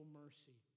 mercy